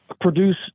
produce